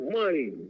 money